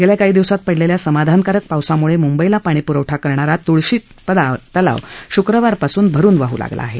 गेल्या काही दिवसांत पडलेल्या समाधानकारक पावसाम्ळे मुंबईला पाणी प्रवठा करणारा तुळशी तलाव शुक्रवारपासून भरून वाह लागला आहे